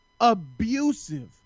abusive